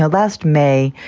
ah last may,